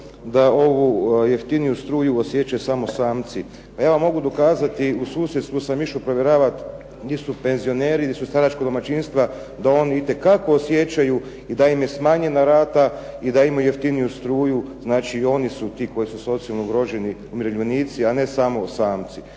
da ovu jeftiniju struju osjećaju samo samci. Pa ja vam mogu dokazati, u susjedstvu sam išao provjeravati gdje su penzioneri, gdje su staračka domaćinstva da oni itekako osjećaju i da im je smanjena rata i da imaju jeftiniju struju, znači i oni su ti koji su socijalno ugroženi, umirovljenici a ne samo samci.